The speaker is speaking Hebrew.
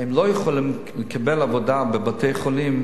והם לא יכולים לקבל עבודה בבתי-חולים,